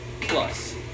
plus